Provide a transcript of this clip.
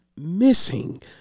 missing